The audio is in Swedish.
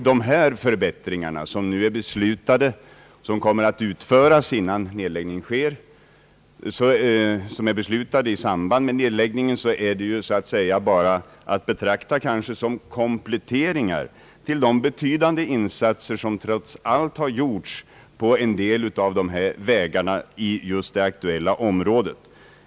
De förbättringsarbeten, som är beslutade i samband med nedläggningen och som kommer att utföras innan nedläggningen sker, är att betrakta som kompletteringar till de betydande insatser som trots allt har gjorts på en del av vägarna i just det aktuella området.